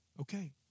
okay